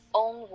own